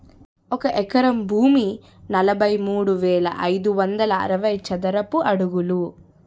ఒక ఎకరం భూమి నలభై మూడు వేల ఐదు వందల అరవై చదరపు అడుగులు